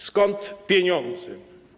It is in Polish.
Skąd pieniądze?